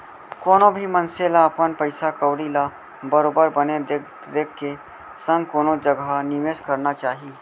कोनो भी मनसे ल अपन पइसा कउड़ी ल बरोबर बने देख रेख के संग कोनो जघा निवेस करना चाही